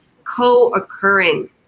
co-occurring